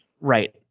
Right